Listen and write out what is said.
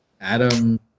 Adam